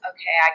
Okay